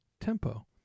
tempo